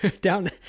down